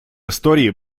истории